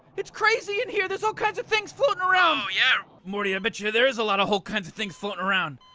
it's crazy in here. there's all kinds of things floating around oh yeah morty i bet you there's a lot of whole kinds of things floating around.